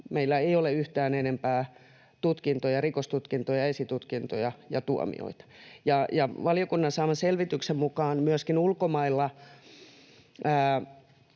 Meillä ei ole yhtään enempää tutkintoja — rikostutkintoja, esitutkintoja — ja tuomioita. Valiokunnan saaman selvityksen mukaan meillä